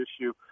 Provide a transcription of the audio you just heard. issue